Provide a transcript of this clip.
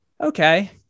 okay